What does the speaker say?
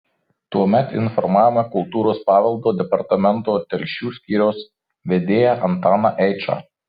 tuomet informavome kultūros paveldo departamento telšių skyriaus vedėją antaną eičą